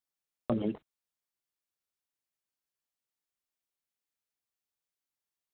हां जी